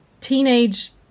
teenage